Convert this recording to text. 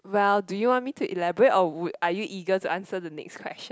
well do you want me to elaborate or would are you eager to answer the next question